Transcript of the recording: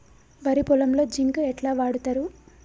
వరి పొలంలో జింక్ ఎట్లా వాడుతరు?